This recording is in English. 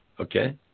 Okay